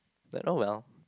that oh well